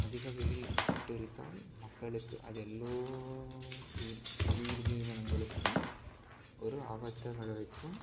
அதிக வெயில் சுட்டெரித்தால் மக்களுக்கு அது எல்லோர் உயிர் உயிர் ஜீவனங்களுக்கும் ஒரு ஆபத்தை விளைவிக்கும்